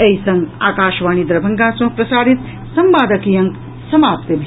एहि संग आकाशवाणी दरभंगा सँ प्रसारित संवादक ई अंक समाप्त भेल